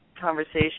conversation